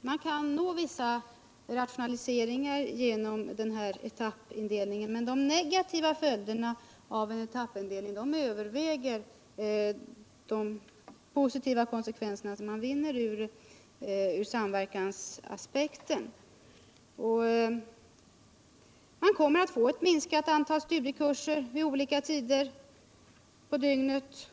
man kan nå vissa rationaliseringar genom den här etappindelningen, men de negativa följderna av den överväger de positiva konsekvenser som man vinner ur samverkansaspekten. Man kommer att få ett minskat antal studiekurser vid olika tider på dygnet.